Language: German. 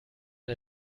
der